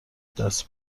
دست